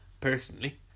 personally